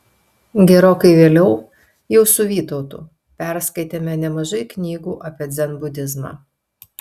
gerokai vėliau jau su vytautu perskaitėme nemažai knygų apie dzenbudizmą